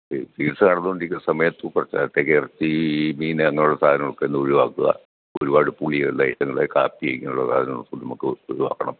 മ് ചികിത്സ നടന്നു കൊണ്ടിരിക്കുന്ന സമയത്ത് കുറച്ചു കാലത്തേക്കിറച്ചി മീൻ അങ്ങനെയുള്ള സാധനങ്ങളൊക്കെയൊന്നൊഴിവാക്കുക ഒരുപാട് പുളിയുള്ള ഐറ്റങ്ങൾ കാപ്പി ഇങ്ങനെയുള്ള കാര്യങ്ങളൊക്കെ നമുക്ക് ഒഴിവാക്കണം